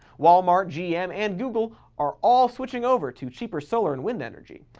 walmart, gm, and google are all switching over to cheaper solar and wind energy.